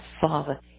father